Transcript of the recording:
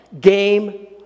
Game